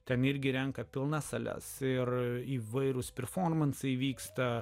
ten irgi renka pilnas sales ir įvairūs performansai įvyksta